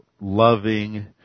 loving